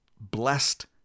blessed